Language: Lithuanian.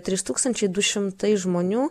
trys tūkstančiai du šimtai žmonių